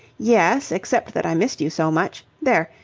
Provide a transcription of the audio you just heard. yes, except that i missed you so much. there!